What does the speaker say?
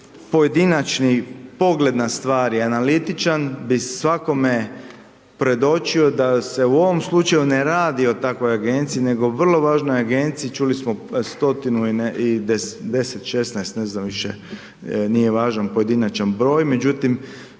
pojedinačni pogled na stvari, analitičan bi svakome predočio da se u ovom slučaju ne radi o takvoj agenciji, nego vrlo važnoj agenciji, čuli smo stotinu i deset, 16, ne znam više, nije važan pojedinačan broj, međutim